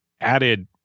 added